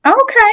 Okay